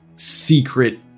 secret